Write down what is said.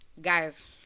Guys